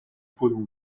کدوم